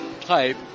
type